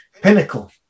Pinnacle